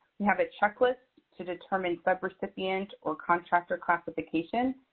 we have a checklist to determine subrecipient or contractor classification.